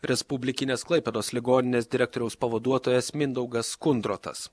respublikinės klaipėdos ligoninės direktoriaus pavaduotojas mindaugas kundrotas